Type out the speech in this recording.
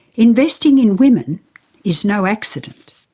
investing in women is no accident.